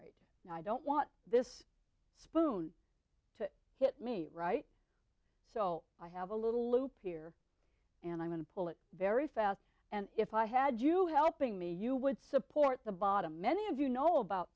right now i don't want this spoon to hit me right so i have a little loop here and i'm going to pull it very fast and if i had you helping me you would support the bottom many of you know about